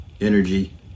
energy